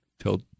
till